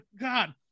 god